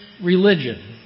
religion